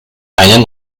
einen